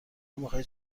میخواهید